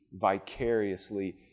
vicariously